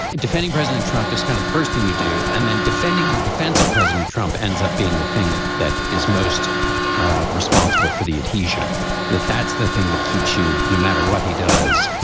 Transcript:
defending president trump is kind of the first thing you do. and then defending your defensive president trump ends up being the thing that that is most responsible for the adhesion that that's the thing that keeps you no matter what he does.